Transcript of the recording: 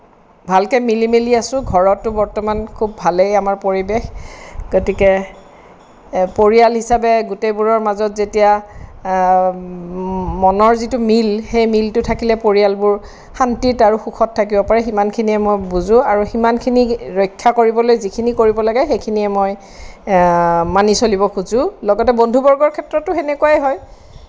ভালকে মিলি মেলি আছোঁ ঘৰতো বৰ্তমান খুউব ভালেই আমাৰ পৰিৱেশ গতিকে পৰিয়াল হিচাপে গোটেইবোৰৰ মাজত যেতিয়া মনৰ যিটো মিল সেই মিলটো থাকিলে পৰিয়ালবোৰ শান্তিত আৰু সুখত থাকিব পাৰে সিমানখিনিয়েই মই বুজোঁ আৰু সিমানখিনি ৰক্ষা কৰিবলে যিখিনি কৰিব লাগে সেইখিনিয়েই মই মানি চলিব খুজোঁ লগতে বন্ধু বৰ্গৰ ক্ষেত্ৰতো সেনেকুৱাই হয়